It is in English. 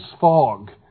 fog